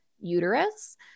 uterus